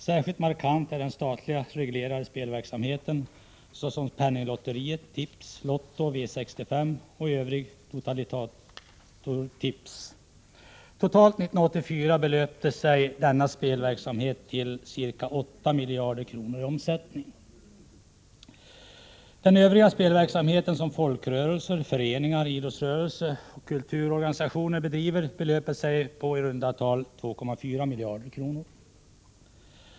Särskilt markant är ökningen av den statligt reglerade spelverksamheten såsom penninglotteriet, tips, lotto, V65 och övrigt totalisatortips. Totalt uppgick omsättningen inom denna spelverksamhet år 1984 till ca 8 miljarder kronor. Den övriga spelverksamheten, som folkrörelser, föreningar, idrottsrörelsen och kulturorganisationer bedriver, belöper sig till ca 2,4 miljarder kronor.